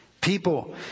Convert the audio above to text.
People